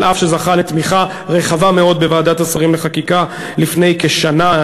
אף שזכה לתמיכה רחבה מאוד בוועדת השרים לחקיקה לפני כשנה,